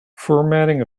formatting